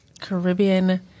Caribbean